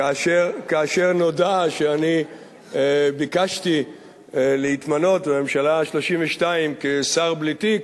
כאשר נודע שאני ביקשתי להתמנות בממשלה ה-32 כשר בלי תיק,